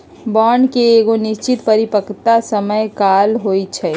bond के एगो निश्चित परिपक्वता समय काल होइ छइ